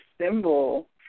symbol